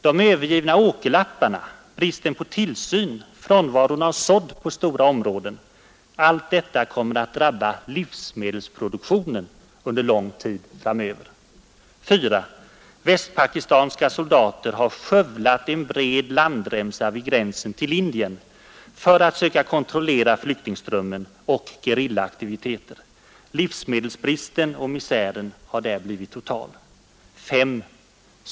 De övergivna åkerlapparna, bristen på tillsyn, frånvaron av sådd på stora områden — allt detta kommer att drabba livsmedelsproduktionen under lång tid framöver. 4, Västpakistanska soldater har skövlat en bred landremsa vid gränsen till Indien för att söka kontrollera flyktingströmmen och gerillaaktiviteter. Livsmedelsbristen och misären har där blivit total. 5.